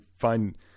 find